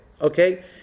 Okay